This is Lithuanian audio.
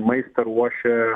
maistą ruošia